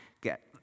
get